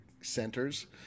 centers